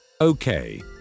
Okay